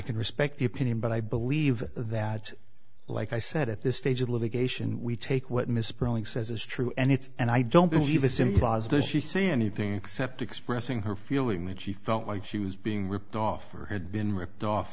can respect the opinion but i believe that like i said at this stage of litigation we take what misspelling says is true and it's and i don't believe it's implausible she say anything except expressing her feeling that she felt like she was being ripped off or had been ripped off